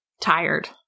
tired